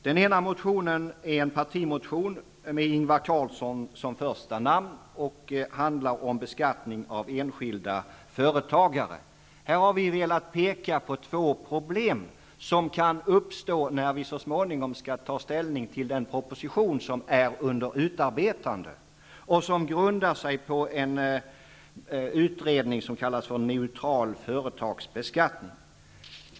Den ena motionen är en partimotion med Ingvar Carlsson som första namn och handlar om beskattningen av enskilda företagare. Där har vi velat peka på två problem som kan uppstå när riksdagen så småningom skall ta ställning till den proposition som är under utarbetande och som grundar sig på utredningen om neutral företagsbeskattning.